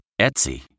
Etsy